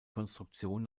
konstruktion